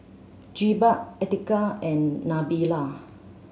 Jebat Atiqah and Nabila